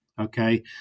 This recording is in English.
okay